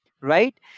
right